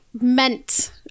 meant